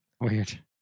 Weird